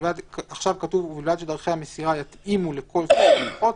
עכשיו כתוב "ובלבד שדרכי המסירה יתאימו לכלל סוגי הלקוחות",